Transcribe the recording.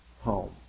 home